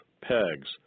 pegs